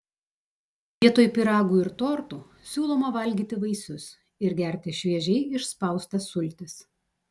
vietoj pyragų ir tortų siūloma valgyti vaisius ir gerti šviežiai išspaustas sultis